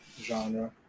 genre